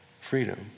freedom